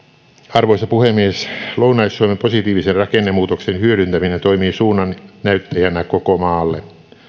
arvoisa puhemies lounais suomen positiivisen rakennemuutoksen hyödyntäminen toimii suunnannäyttäjänä koko maalle